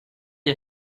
est